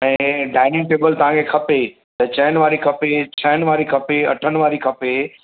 ऐं dining table तव्हांखे खपे त चइनि वारी खपे छहनि वारी खपे अठनि वारी खपे